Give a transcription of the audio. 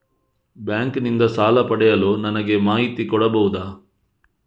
Bank ನಿಂದ ಸಾಲ ಪಡೆಯಲು ನನಗೆ ಮಾಹಿತಿ ಕೊಡಬಹುದ?